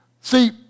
See